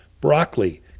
broccoli